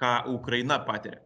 ką ukraina patiria